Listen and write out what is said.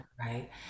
right